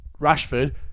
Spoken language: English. Rashford